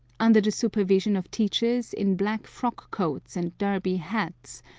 under the supervision of teachers in black frock-coats and derby hats,